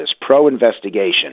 pro-investigation